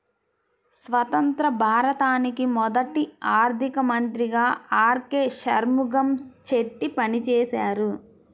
స్వతంత్య్ర భారతానికి మొదటి ఆర్థిక మంత్రిగా ఆర్.కె షణ్ముగం చెట్టి పనిచేసారు